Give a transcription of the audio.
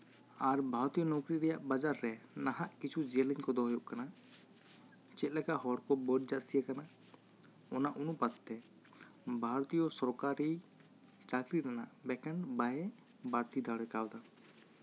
ᱟᱨ ᱵᱷᱟᱨᱚᱛᱤᱭᱚ ᱱᱚᱠᱨᱤ ᱨᱮᱭᱟᱜ ᱵᱟᱡᱟᱨ ᱨᱮ ᱱᱟᱦᱟᱜ ᱠᱤᱪᱷᱩ ᱡᱮᱞᱮᱧ ᱠᱚᱫᱚ ᱦᱩᱭᱩᱜ ᱠᱟᱱᱟ ᱪᱮᱫ ᱞᱮᱠᱟ ᱦᱚᱲᱠᱚ ᱵᱟᱹᱲ ᱡᱟᱹᱥᱛᱤᱭᱟᱠᱟᱱᱟ ᱚᱱᱟ ᱚᱱᱩᱯᱟᱛ ᱛᱮ ᱵᱷᱟᱨᱚᱛᱤᱭᱚ ᱥᱚᱨᱠᱟᱨᱤ ᱪᱟᱹᱠᱨᱤ ᱨᱮᱱᱟᱜ ᱵᱷᱮᱠᱮᱱᱴ ᱵᱟᱭ ᱵᱟᱹᱲᱛᱤ ᱫᱟᱲᱮ ᱠᱟᱣᱫᱟ